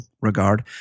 Regard